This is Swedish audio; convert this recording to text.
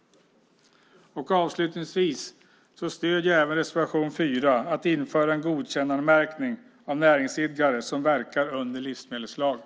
Avslutningsvis stöder jag även reservation 4 om att införa en godkändmärkning av näringsidkare som verkar under livsmedelslagen.